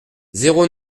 zéro